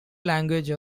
language